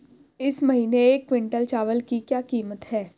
इस महीने एक क्विंटल चावल की क्या कीमत है?